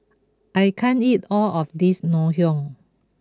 I can't eat all of this Ngoh Hiang